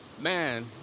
Man